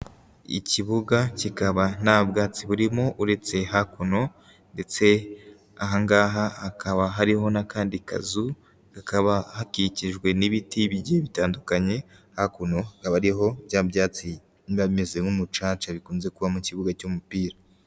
Ikibuga kikaba nta bwatsi burimo, uretse hakuno, ndetse Aha ngaha hakaba hariho n'akandi kazu, hakaba hakikijwe n'ibiti bigiye bitandukanye, hakuno hakaba ariho bya byatsi biba bimeze nk'umucaca, bikunze kuba mu kibuga cy'umupira.